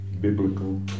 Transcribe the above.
Biblical